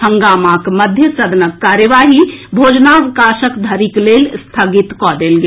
हंगामाक मध्य सदनक कार्यवाही भोजनावकाश धरिक लेल स्थगित कऽ देल गेल